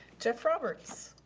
jeff roberts.